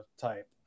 type